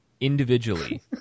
individually